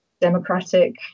democratic